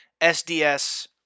SDS